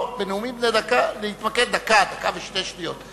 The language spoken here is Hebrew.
בנאומים בני דקה, להתמקד, דקה או דקה ושתי שניות.